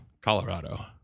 Colorado